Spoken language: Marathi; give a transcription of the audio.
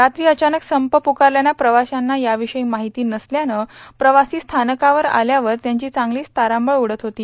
रात्री अचानक संप प्रकारल्यानं प्रवाश्यांना याविषयी माहिती नसल्यानं प्रवासी स्थानकावर आल्यावर त्यांची चांगलीच तारांबळ उडत होती